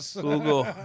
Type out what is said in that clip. Google